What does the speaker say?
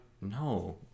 No